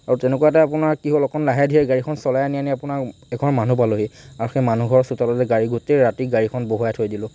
আৰু তেনেকুৱাতে আপোনাৰ কি হ'ল অকমান লাহে ধীৰে গাড়ীখন চলাই আনি আনি আপোনাৰ এঘৰ মানুহ পালোহি আৰু সেই মানুহঘৰ চোতালতে গাড়ী গোটেই ৰাতি গাড়ীখন বহুৱাই থৈ দিলোঁ